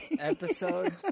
episode